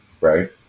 right